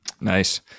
Nice